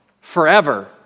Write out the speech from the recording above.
forever